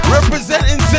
Representing